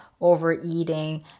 overeating